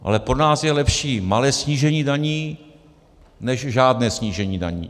Ale pro nás je lepší malé snížení daní než žádné snížení daní.